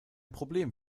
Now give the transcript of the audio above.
problem